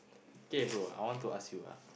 okay bro I want to ask you ah